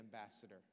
ambassador